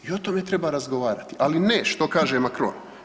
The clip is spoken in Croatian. I o tome treba razgovarati, ali ne, što kaže Macrton.